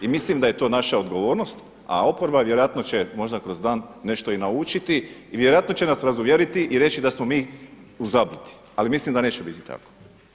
I mislim da je to naša odgovornost, a oporba vjerojatno će možda kroz dan nešto i naučiti i vjerojatno će nas razuvjeriti i reći da smo mi u zabludi, ali mislim da neće biti tako.